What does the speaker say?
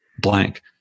blank